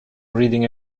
reading